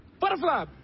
Butterfly